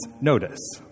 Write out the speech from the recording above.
notice